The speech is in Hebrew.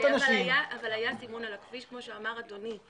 היה סימון על הכביש, כפי שאמר אדוני.